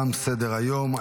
תם סדר-היום.